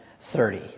thirty